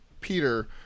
Peter